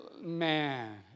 Man